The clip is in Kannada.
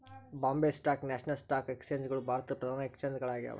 Bombay stock national stock exchange ಗಳು ಭಾರತದ್ ಪ್ರಧಾನ ಎಕ್ಸ್ಚೇಂಜ್ ಗಳಾಗ್ಯಾವ